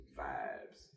vibes